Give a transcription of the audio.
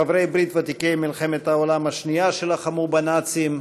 חברי ברית ותיקי מלחמת העולם השנייה שלחמו בנאצים,